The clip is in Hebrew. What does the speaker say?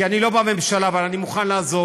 כי אני לא בממשלה אבל אני מוכן לעזור,